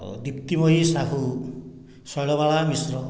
Diptimayee Sahu Sailabala Mishra